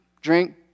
drink